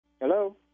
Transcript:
Hello